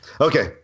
okay